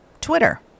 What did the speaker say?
Twitter